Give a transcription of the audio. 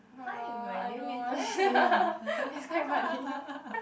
hi my name is Adeline